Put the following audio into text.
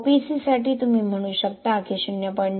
OPC साठी तुम्ही म्हणू शकता की 0